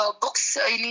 books